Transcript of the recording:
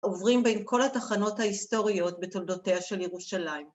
עוברים בין כל התחנות ההיסטוריות בתולדותיה של ירושלים.